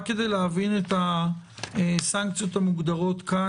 רק כדי להבין את הסנקציות המוגדרות כאן,